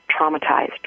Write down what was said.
traumatized